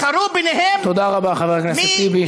תודה רבה, חבר הכנסת טיבי.